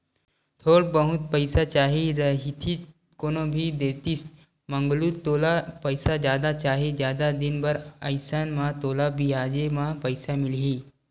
थोर बहुत पइसा चाही रहितिस कोनो भी देतिस मंगलू तोला पइसा जादा चाही, जादा दिन बर अइसन म तोला बियाजे म पइसा मिलही